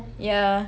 yeah